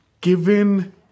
Given